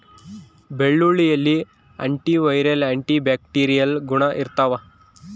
ಬೆಳ್ಳುಳ್ಳಿಯಲ್ಲಿ antiviral antibacterial ಗುಣ ಇರ್ತಾವ